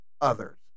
others